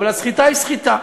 אבל הסחיטה היא סחיטה.